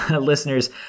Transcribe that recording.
Listeners